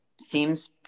Seems